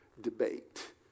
debate